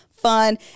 fun